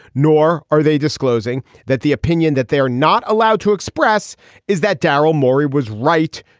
nor are they disclosing that the opinion that they are not allowed to express is that darrel morey was right